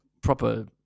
proper